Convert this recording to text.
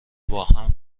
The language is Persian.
باهم